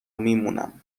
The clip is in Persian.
میمونم